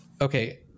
okay